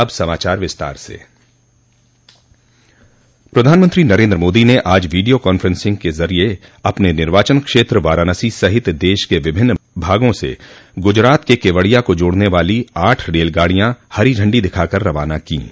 अब समाचार विस्तार से प्रधानमंत्री नरेन्द्र मोदी ने आज वीडियो कॉन्फ्रेंस के ज़रिए अपने निर्वाचन क्षेत्र वाराणसी सहित देश के विभिन्न भागों से गुजरात के केवड़िया को जोड़ने वाली आठ रेलगाड़ियां हरी झंडी दिखाकर रवाना कीं